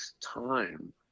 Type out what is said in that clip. time